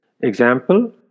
Example